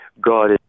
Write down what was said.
God